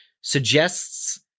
suggests